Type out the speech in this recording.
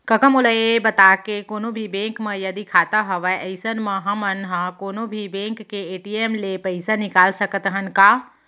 कका मोला ये बता के कोनों भी बेंक म यदि खाता हवय अइसन म हमन ह कोनों भी बेंक के ए.टी.एम ले पइसा निकाल सकत हन का?